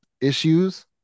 issues